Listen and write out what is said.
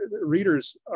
readers